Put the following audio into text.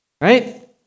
Right